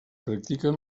practiquen